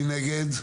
מי נגד?